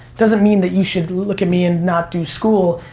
doesn't mean that you should look at me and not do school,